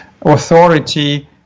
authority